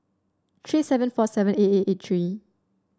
three seven four seven eight eight eight three